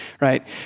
right